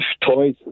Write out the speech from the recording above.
Toys